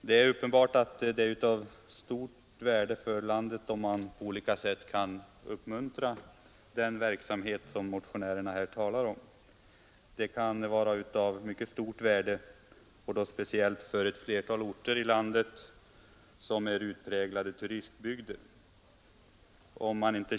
Det är uppenbart att det är av stort värde för vårt land om man på olika sätt kan uppmuntra till den verksamhet som motionärerna talar om, framför allt för utpräglade turistbygder.